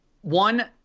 one